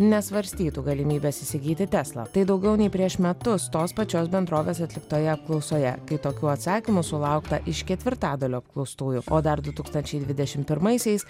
nesvarstytų galimybės įsigyti tesla tai daugiau nei prieš metus tos pačios bendrovės atliktoje apklausoje kai tokių atsakymų sulaukta iš ketvirtadalio apklaustųjų o dar du tūkstančiai dvidešim pirmaisiais